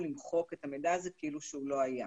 למחוק את המידע הזה כאילו שהוא לא היה.